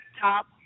top